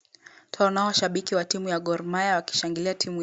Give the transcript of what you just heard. Twaona mashabiki wa timu ya Gormahia wakishangilia yao.